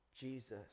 Jesus